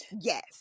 Yes